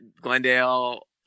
glendale